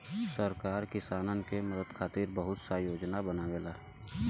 सरकार किसानन के मदद खातिर बहुत सा योजना बनावेला